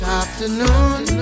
afternoon